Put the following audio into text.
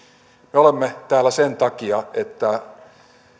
me olemme täällä sen takia että